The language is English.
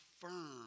firm